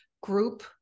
group